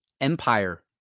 Empire